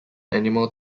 animal